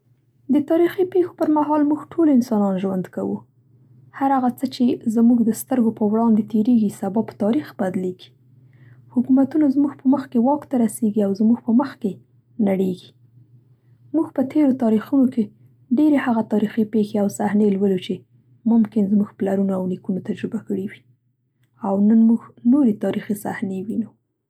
د تاریخي پېښې پر مهال موږ ټول انسانان ژوند کوو. هر هغه څه چې زموږ د سترګو په وړاندې تېرېږي سبا په تاریخ بدلېږي. حکومتونه زموږ په مخ کې واک ته رسېږي او زموږ په مخ کې نړېږي. موږ په تېرو تاریخونو کې ډېرې هغه تاریخي پېښې او صحنې لولو چې ممکن زموږ پلونو او نیکونو تجربه کړې وي او نن موږ نورې تاریخي صحنې وینو.